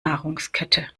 nahrungskette